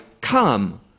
come